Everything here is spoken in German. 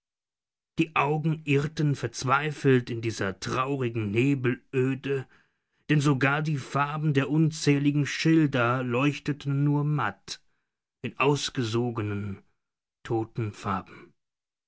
die augen irrten verzweifelt in dieser traurigen nebelöde denn sogar die farben der unzähligen schilder leuchteten nur matt in ausgesogenen toten farben